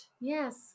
Yes